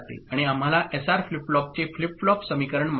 आणि आम्हाला SR flip फ्लॉपचे फ्लिप फ्लॉप समीकरण माहित आहे